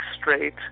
straight